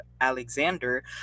Alexander